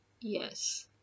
yes